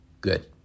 Good